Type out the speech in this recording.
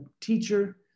teacher